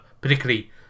particularly